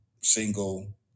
single